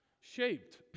shaped